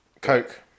Coke